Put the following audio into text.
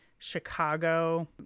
Chicago